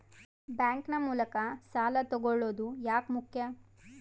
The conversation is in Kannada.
ಬ್ಯಾಂಕ್ ನ ಮೂಲಕ ಸಾಲ ತಗೊಳ್ಳೋದು ಯಾಕ ಮುಖ್ಯ?